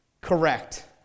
correct